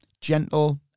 gentle